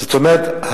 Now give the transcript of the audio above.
זאת אומרת,